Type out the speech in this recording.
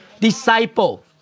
disciple